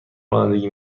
رانندگی